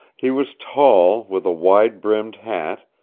he was tall, with a wide-brimmed hat,